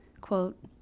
quote